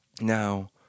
Now